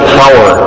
power